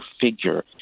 figure